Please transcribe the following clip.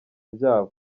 byabo